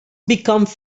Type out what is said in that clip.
becomes